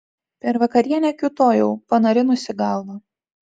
per vakarienę kiūtojau panarinusi galvą